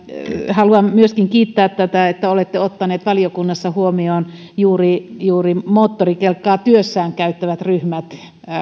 haluan myöskin kiittää tästä että olette ottaneet valiokunnassa huomioon juuri juuri moottorikelkkaa työssään käyttävät ryhmät